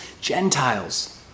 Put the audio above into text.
Gentiles